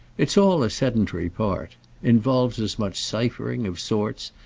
it's all a sedentary part involves as much ciphering, of sorts,